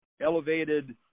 elevated